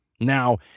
Now